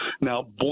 Now